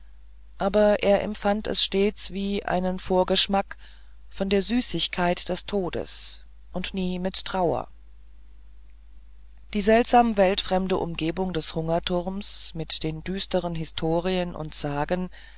aber er empfand es stets wie einen vorgeschmack von der süßigkeit des todes und nie mit trauer die seltsame weltfremde umgebung des hungerturmes mit den düsteren historien und sagen